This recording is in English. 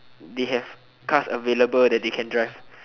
they have cars available that they can drive